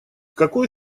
какой